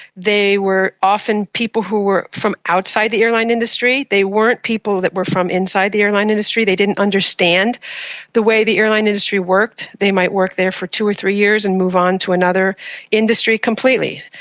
they were often people who were from outside the airline industry. they weren't people who were from inside the airline industry, they didn't understand the way the airline industry worked. they might work there for two or three years and move on to another industry completely.